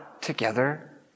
together